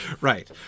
right